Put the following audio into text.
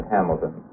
Hamilton